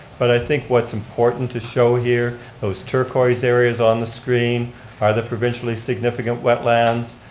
but i think what's important to show here, those turquoise areas on the screen are the provincially significant wetlands.